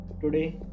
Today